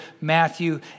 Matthew